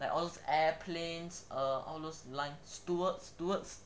like all airplanes err all those like stewards stewards